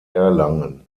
erlangen